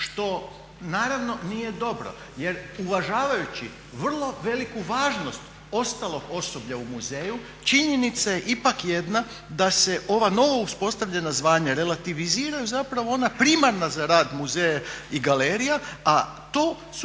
što naravno nije dobro. Jer uvažavajući vrlo veliku važnost ostalog osoblja u muzeju činjenica je ipak jedna da se ova novo uspostavljena zvanja relativiziraju, zapravo ona primarna za rad muzeja i galerija a to su